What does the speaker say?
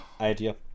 idea